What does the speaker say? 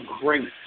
great